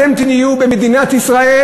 אתם תהיו במדינת ישראל,